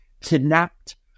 kidnapped